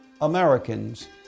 Americans